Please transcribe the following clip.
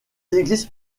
existe